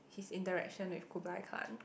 his interaction with Kublai Khan